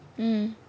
mm